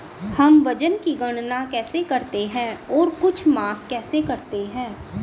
हम वजन की गणना कैसे करते हैं और कुछ माप कैसे करते हैं?